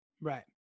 Right